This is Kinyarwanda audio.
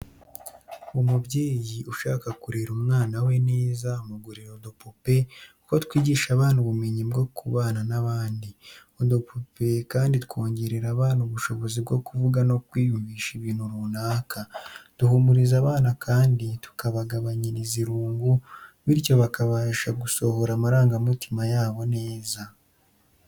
Umubyeyi ushaka kurera umwana we neza amugurira udupupe kuko twigisha abana ubumenyi bwo kubana n'abandi. Udupupe kandi twongerera abana ubushobozi bwo kuvuga no kwiyumvisha ibintu runaka. Duhumuriza abana kandi tukagabanyiriza irungu, bityo bakabasha gusohora amarangamutima yabo neza.